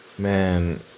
Man